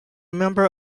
member